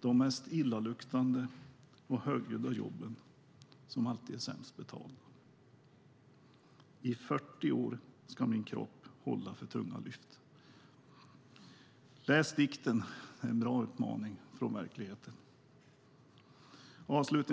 varmaste, mest illaluktande och högljudda jobben också är de sämst betalda. I ytterligare en fras skriver hon att i fyrtio år ska hennes kropp hålla för tunga lyft. Läs dikten. Det är en bra uppmaning från verkligheten. Fru talman!